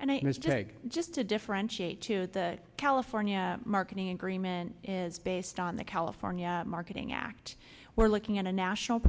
and a mistake just to differentiate to the california marketing agreement is based on the california marketing act we're looking at a national